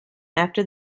after